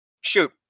Shoot